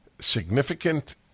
significant